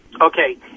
Okay